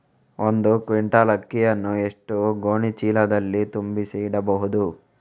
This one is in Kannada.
ಒಂದು ಕ್ವಿಂಟಾಲ್ ಅಕ್ಕಿಯನ್ನು ಎಷ್ಟು ಗೋಣಿಚೀಲದಲ್ಲಿ ತುಂಬಿಸಿ ಇಡಬಹುದು?